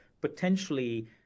potentially